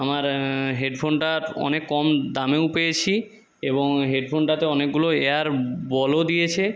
আমার হেডফোনটার অনেক কম দামেও পেয়েছি এবং হেডফোনটাতে অনেকগুলো এয়ার বলও দিয়েছে